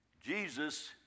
Jesus